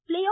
play ஆ